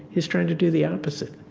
he's trying to do the opposite.